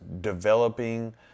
developing